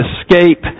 escape